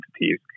entities